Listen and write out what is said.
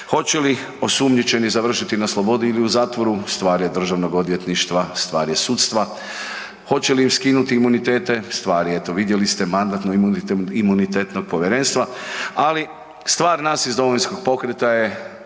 Hoće li osumnjičeni završiti na slobodi ili u zatvoru stvar je državnog odvjetništva, stvar je sudstva. Hoće li im skinuti imunitete stvar je, eto vidjeli ste, MIP-a. Ali stvar nas iz Domovinskog pokreta je